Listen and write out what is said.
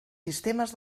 sistemes